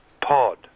pod